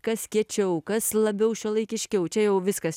kas kiečiau kas labiau šiuolaikiškiau čia jau viskas